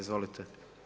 Izvolite.